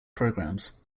programs